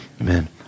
Amen